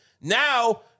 Now